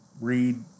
read